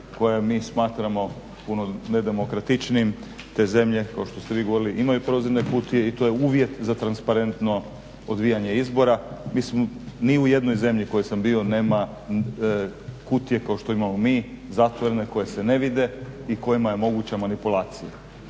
koje mi smatramo puno nedemokratičnijim te zemlje kao što ste vi govorili imaju prozirne kutije i to je uvjet za transparentno odvijanje izbora. Mislim ni u jednoj zemlji u kojoj sam bio nema kutije kao što imamo mi, zatvorene, koje se ne vide i kojima je moguća manipulacija.